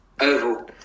Oval